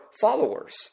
followers